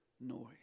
noise